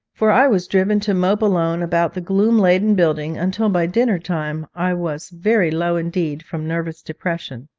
for i was driven to mope alone about the gloom-laden building, until by dinner-time i was very low indeed from nervous depression.